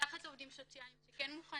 לקחת עובדים סוציאליים שיש